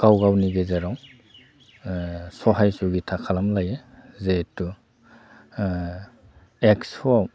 गाव गावनि गेजेराव सहाय जुगिथा खालामलायो जेहेथु एक्स'आव